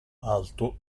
alto